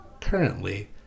currently